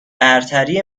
برتری